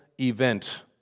event